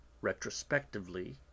retrospectively